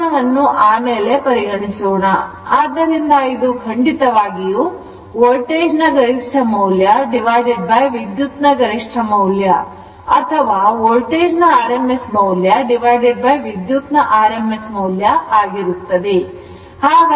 ಕೋನವನ್ನು ಆಮೇಲೆ ಪರಿಗಣಿಸೋಣ ಆದ್ದರಿಂದ ಇದು ಖಂಡಿತವಾಗಿಯೂ ವೋಲ್ಟೇಜ್ ನ ಗರಿಷ್ಠ ಮೌಲ್ಯ ವಿದ್ಯುತ್ತಿನ ಗರಿಷ್ಠಮೌಲ್ಯ ಅಥವಾ ವೋಲ್ಟೇಜ್ ನ rms ಮೌಲ್ಯವಿದ್ಯುತ್ತಿನ rms ಮೌಲ್ಯ ಆಗಿರುತ್ತದೆ